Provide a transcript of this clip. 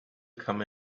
come